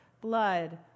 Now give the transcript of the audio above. blood